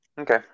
Okay